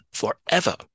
forever